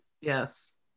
yes